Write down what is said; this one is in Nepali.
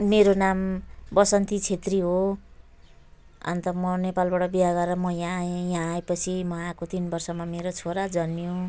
मेरो नाम बसन्ती छेत्री हो अन्त म नेपालबाट बिहा गरेर म यहाँ आएँ यहाँ आएपछि म आएको तिन वर्षमा मेरो छोरा जन्मियो